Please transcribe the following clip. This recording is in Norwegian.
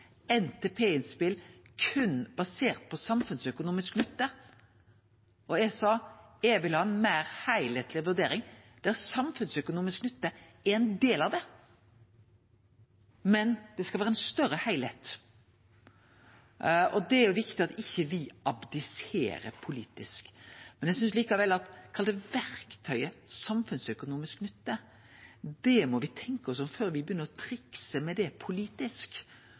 på samfunnsøkonomisk nytte – var å seie at eg vil ha ei meir heilskapleg vurdering, der samfunnsøkonomisk nytte er ein del av det, men det skal vere ein større heilskap. Og det er viktig at me ikkje abdiserer politisk. Men eg synest likevel at – kall det – verktøyet samfunnsøkonomisk nytte, det må me tenkje oss om før me begynner å trikse med politisk, for da devaluerer me det